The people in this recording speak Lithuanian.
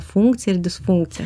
funkcija ir disfunkcija